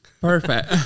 Perfect